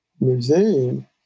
museum